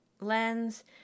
lens